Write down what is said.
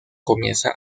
comienza